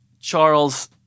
Charles